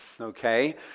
okay